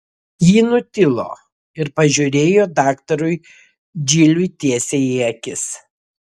ji nutilo ir pažiūrėjo daktarui džiliui tiesiai į akis